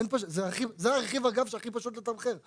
אגב, זה הרכיב שהכי פשוט לתמחר.